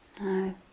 no